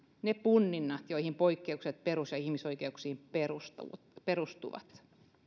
ne punninnat joihin poikkeukset perus ja ihmisoikeuksiin perustuvat perustuvat